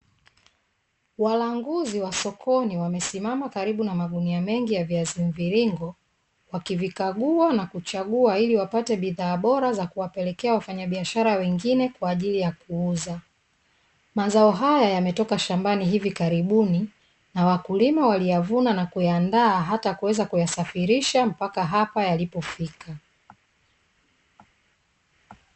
Walanguzi wa sokoni wamesimama karibu na magunia mengi ya viazi mviringo wakivikagua na kuchagua ili wapate bidhaa bora za kuwapelekea wafanyabiashara wengine kwaajili ya kuuza, mazao haya yametoka shambani hivi karibuni na wakulima wamevuna na kuyandaa hata kuweza kusafirisha mpaka hapa yalipofika.